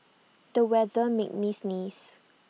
the weather made me sneeze